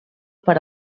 per